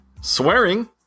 swearing